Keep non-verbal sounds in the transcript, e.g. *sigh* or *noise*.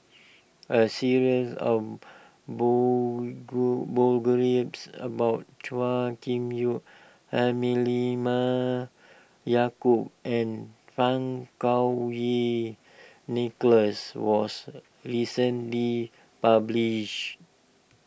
a series of *unintelligible* grew *unintelligible* about Chua Kim Yeow Halimah Yacob and Fang Kuo Wei Nicholas was recently published